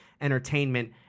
entertainment